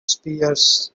spears